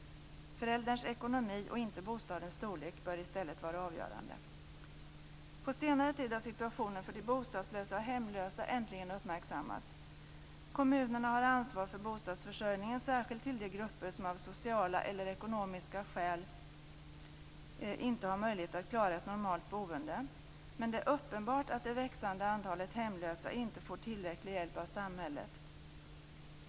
Förälderns ekonomi och inte bostadens storlek bör i stället vara avgörande. På senare tid har situationen för de bostadslösa och hemlösa äntligen uppmärksammats. Kommunerna har ansvar för bostadsförsörjningen särskilt till de grupper som av sociala eller ekonomiska skäl inte har möjlighet att klara ett normalt boende. Men det är uppenbart att det växande antalet hemlösa inte får tillräcklig hjälp av samhället.